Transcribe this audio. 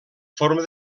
forma